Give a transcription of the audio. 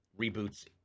reboots